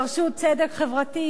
דרשו צדק חברתי.